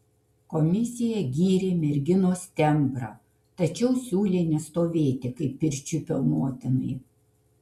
komisija gyrė merginos tembrą tačiau siūlė nestovėti kaip pirčiupio motinai